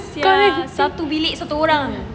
sia satu bilik satu orang